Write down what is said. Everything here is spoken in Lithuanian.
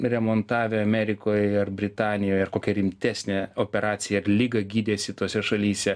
remontavę amerikoj ar britanijoj ar kokią rimtesnę operaciją ar ligą gydęsi tose šalyse